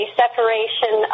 separation